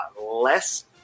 less